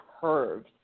curves